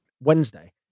Wednesday